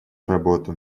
работа